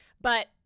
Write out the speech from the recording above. but-